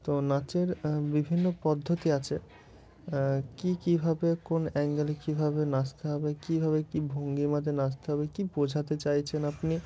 তো নাচের বিভিন্ন পদ্ধতি আছে কী কী ভাবে কোন অ্যাঙ্গেলে কীভাবে নাচতে হবে কীভাবে কী ভঙ্গিমাতে নাচতে হবে কী বোঝাতে চাইছেন আপনি